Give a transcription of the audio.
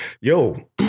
yo